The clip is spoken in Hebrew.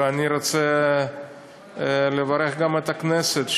ואני רוצה לברך גם את הכנסת,